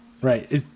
Right